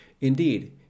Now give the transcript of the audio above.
Indeed